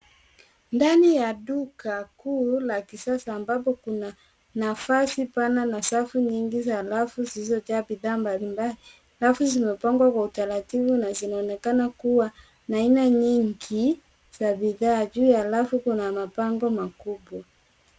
Ndani ya duka kuu la kisasa ambapo kuna nafasi pana na safu nyingi za rafu zilizojaa bidhaa mbalimbali. Rafu zimepangwa kwa utaratibu na zinaonekana kuwa na aina nyingi za bidhaa. Juu ya rafu kuna mabango makubwa.